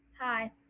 Hi